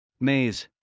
maze